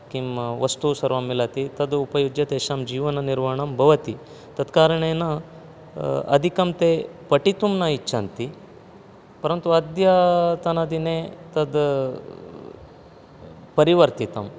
किं वस्तु सर्वं मिलति तदुपयुज्य तेषां जीवननिर्वणं भवति तत्कारणेन अधिकं ते पठितुं न इच्छन्ति परन्तु अद्यतन दिने तत् परिवर्तितम्